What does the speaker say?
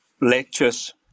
lectures